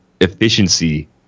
efficiency